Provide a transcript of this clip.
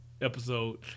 episode